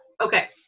Okay